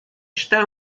está